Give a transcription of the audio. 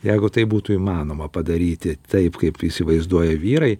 jeigu tai būtų įmanoma padaryti taip kaip įsivaizduoja vyrai